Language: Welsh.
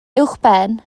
uwchben